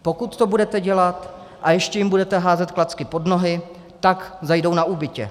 Pokud to budete dělat a ještě jim budete házet klacky pod nohy, tak zajdou na úbytě.